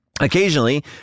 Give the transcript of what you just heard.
occasionally